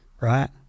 Right